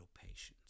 patience